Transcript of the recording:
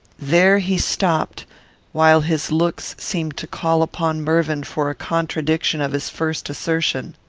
there he stopped while his looks seemed to call upon mervyn for a contradiction of his first assertion.